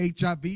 HIV